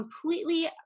completely